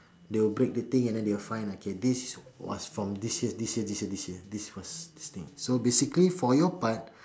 they will break the thing and then they will find like okay this was from this year this year this year this year this was this thing so basically for your part